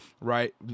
right